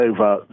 over